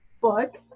book